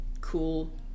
cool